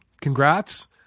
congrats